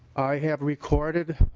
i have recorded-brought